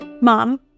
Mom